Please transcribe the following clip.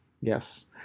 Yes